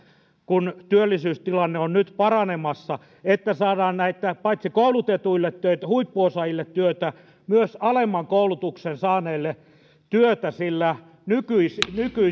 kun työllisyystilanne on nyt paranemassa tulevaisuuden avainkysymys on mielestäni siinä että saadaan paitsi koulutetuille huippuosaajille työtä myös alemman koulutuksen saaneille työtä sillä